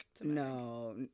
No